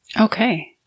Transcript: Okay